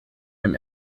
dem